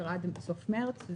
מי שבעד אישור התקנות ירים את ידו.